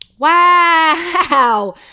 Wow